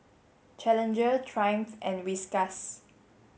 Challenger Triumph and Whiskas